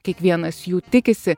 kiekvienas jų tikisi